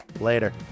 later